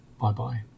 Bye-bye